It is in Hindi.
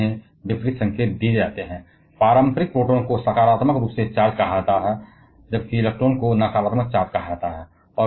और इसलिए उन्हें विपरीत संकेत दिए जाते हैं पारंपरिक प्रोटॉन को सकारात्मक चार्ज कहा जाता है जबकि इलेक्ट्रॉन को नकारात्मक चार्ज कहा जाता है